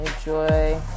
Enjoy